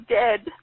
dead